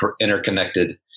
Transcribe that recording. interconnected